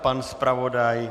Pan zpravodaj?